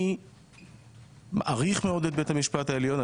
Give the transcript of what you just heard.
אני מעריך מאוד את בית המשפט העליון,